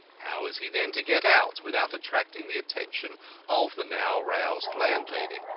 how is he then to get out without attracting the attention of the now roused landlady?